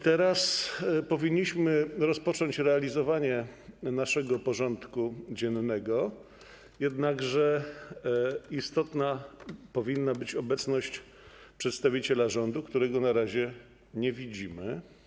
Teraz powinniśmy rozpocząć realizowanie naszego porządku dziennego, jednakże istotna powinna tu być obecność przedstawiciela rządu, którego na razie nie widzimy.